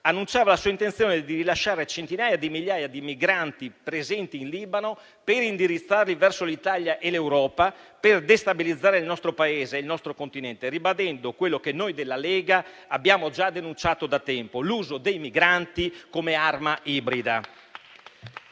annunciava la sua intenzione di rilasciare centinaia di migliaia di migranti presenti in Libano per indirizzarli verso l'Italia e l'Europa, al fine di destabilizzare il nostro Paese e il nostro continente, ribadendo quello che noi della Lega abbiamo già denunciato da tempo: l'uso dei migranti come arma ibrida.